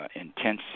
intense